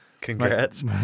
Congrats